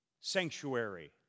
sanctuary